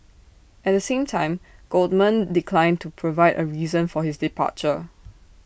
at the same time Goldman declined to provide A reason for his departure